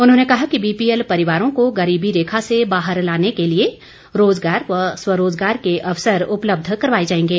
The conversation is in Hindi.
उन्होंने कहा कि बीपीएल परिवारों को गरीबी रेखा से बाहर लाने के लिए रोजगार व स्वरोजगार के अवसर उपलब्ध करवाए जाएंगे